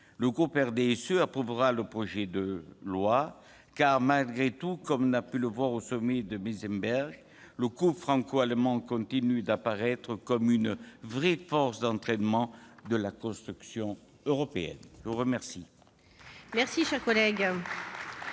le groupe du RDSE approuvera le projet de loi, car, malgré tout, comme on a pu le voir lors du sommet de Meseberg, le couple franco-allemand continue d'apparaître comme une vraie force d'entraînement pour la construction européenne. La parole est à M. Claude